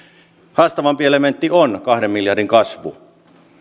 haastavampi elementti on kahden miljardin kasvu